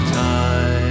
time